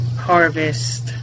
Harvest